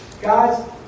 Guys